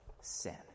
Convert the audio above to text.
sin